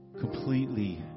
completely